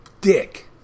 dick